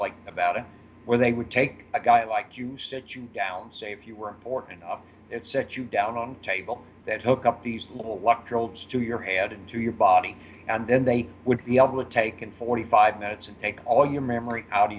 like about where they would take a guy like you sit you down safe you were important it set you down on a table that took up these little luck trolls to your head into your body and then they would be able to take in forty five minutes and take all your memory out of